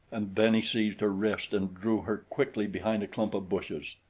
and then he seized her wrist and drew her quickly behind a clump of bushes.